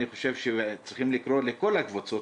אני חושב שצריכים לקרוא לכל הקבוצות,